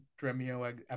Dremio